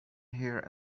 here